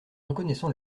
reconnaissant